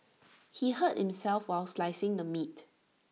he hurt himself while slicing the meat